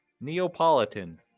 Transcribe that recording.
Neapolitan